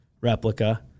replica